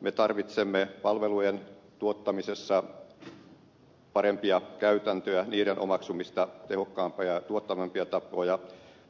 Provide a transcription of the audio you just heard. me tarvitsemme palvelujen tuottamisessa parempia käytäntöjä niiden omaksumista tehokkaampia ja tuottavampia tapoja